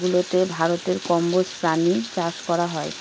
গুলাতে ভারতে কম্বোজ প্রাণী চাষ করা হয়